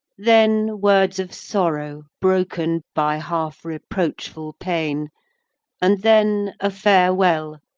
then words of sorrow, broken by half-reproachful pain and then a farewell,